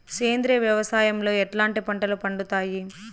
సేంద్రియ వ్యవసాయం లో ఎట్లాంటి పంటలు పండుతాయి